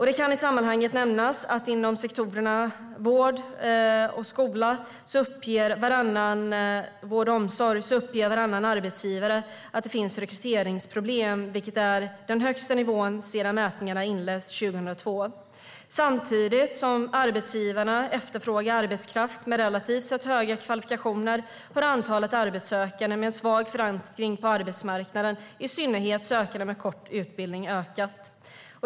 Det kan i sammanhanget nämnas att inom sektorerna vård och omsorg uppger varannan arbetsgivare att det finns rekryteringsproblem, vilket är den högsta nivån sedan mätningarna inleddes 2002. Samtidigt som arbetsgivarna efterfrågar arbetskraft med relativt sett höga kvalifikationer har antalet arbetssökande med en svag förankring på arbetsmarknaden, i synnerhet sökande med kort utbildning, ökat.